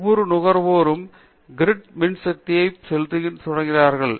ஒவ்வொரு நுகர்வோறும் க்ரிட்டில் மின்சக்தியை செலுத்த தொடங்குகிறார்கள்